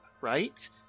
right